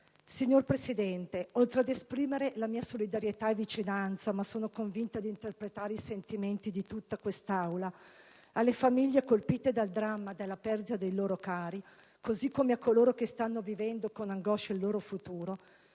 Signor Presidente, oltre ad esprimere la mia solidarietà e vicinanza, convinta di interpretare i sentimenti di tutta l'Aula, alle famiglie colpite dal dramma della perdita dei loro cari così come a coloro che stanno vivendo con angoscia il loro futuro,